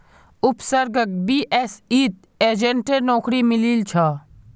उपसर्गक बीएसईत एजेंटेर नौकरी मिलील छ